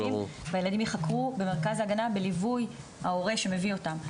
הילדים ייחקרו במרכז ההגנה בליווי ההורה שמביא אותם.